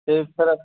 ਅਤੇ ਇੱਧਰ